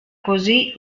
così